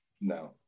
No